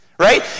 right